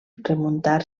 remuntar